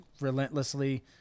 relentlessly